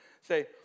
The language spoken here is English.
Say